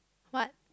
what